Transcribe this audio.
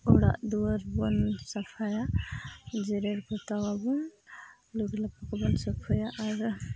ᱚᱲᱟᱜ ᱫᱩᱭᱟᱹᱨ ᱵᱚᱱ ᱥᱟᱯᱷᱟᱭᱟ ᱡᱮᱨᱮᱲ ᱯᱚᱛᱟᱣᱟᱵᱚᱱ ᱞᱩᱜᱽᱲᱤ ᱞᱟᱯᱚ ᱠᱚᱵᱚᱱ ᱥᱟᱯᱷᱟᱭᱟ ᱟᱨ